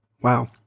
Wow